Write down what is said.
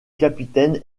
capitaine